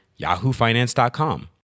yahoofinance.com